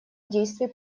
действий